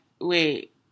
wait